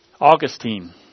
Augustine